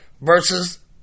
versus